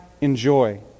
enjoy